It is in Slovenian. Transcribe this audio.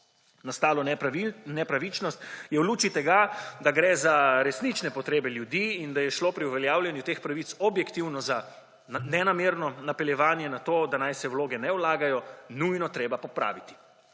Nastalo nepravičnost je v luči tega, da gre za resnične potrebe ljudi in da je šlo pri uveljavljanju teh pravic objektivno za nenamerno napeljevanje na to, da naj se vloge ne vlagajo, nujno treba popraviti.